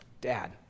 dad